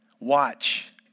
Watch